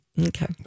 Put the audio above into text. Okay